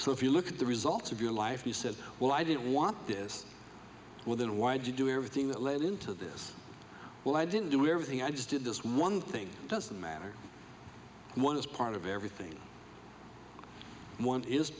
so if you look at the results of your life you said well i didn't want this well then why did you do everything that led into this well i didn't do everything i just did this one thing doesn't matter one is part of everything one is